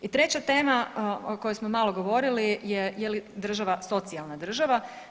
I treća tema o kojoj smo malo govorili je je li država socijalna država.